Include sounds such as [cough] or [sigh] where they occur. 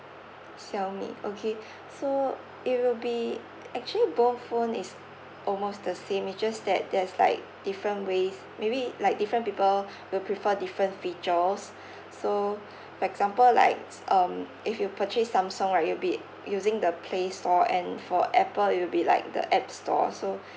Xiaomi okay [breath] so it will be [noise] actually both phone is almost the same it's just that there's like different ways maybe like different people will prefer different features [breath] so [breath] for example likes um if you purchase Samsung right it will be using the play store and for Apple it will be like the app store so